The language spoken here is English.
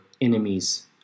enemies